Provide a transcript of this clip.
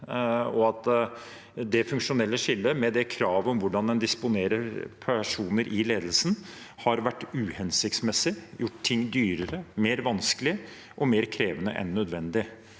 det funksjonelle skillet, med det kravet om hvordan en disponerer personer i ledelsen, har vært uhensiktsmessig og gjort ting dyrere, vanskeligere og mer krevende enn nødvendig.